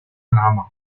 巴拿马